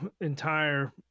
entire